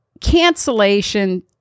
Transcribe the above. cancellation